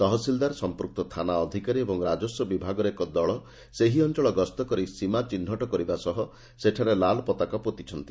ତହସିଲଦାର ସଂପ୍ନକ୍ତ ଥାନା ଅଧିକାରୀ ଓ ରାଜସ୍ୱ ବିଭାଗର ଏକ ଦଳ ସେହି ଅଞ୍ଚଳ ଗସ୍ତ କରି ସୀମା ଚିହୁଟ କରିବା ସହ ସେଠାରେ ଲାଲ୍ପତାକା ପୋତିଛନ୍ତି